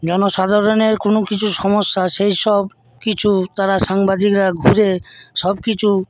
জনসাধারণের কোনো কিছু সমস্যা সেই সবকিছু তারা সাংবাদিকরা খুঁজে সবকিছু